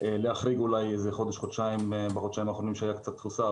להחריג אולי חודש או חודשיים בזמן האחרון שהייתה קצת תפוסה,